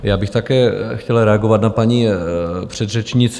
Já bych také chtěl reagovat na paní předřečníci.